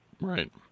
Right